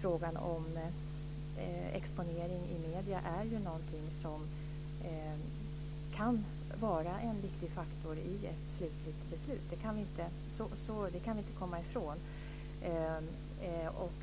Frågan om exponering i medierna är något som kan vara en viktig faktor i ett slutligt beslut. Det kan vi inte komma ifrån.